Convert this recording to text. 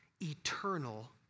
eternal